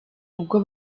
ubwo